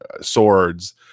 swords